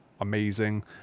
amazing